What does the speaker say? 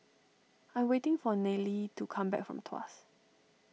I am waiting for Nayely to come back from Tuas